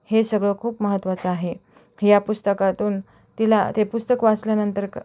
हे सगळं खूप महत्त्वाचं आहे ह्या पुस्तकातून तिला ते पुस्तक वाचल्यानंतर क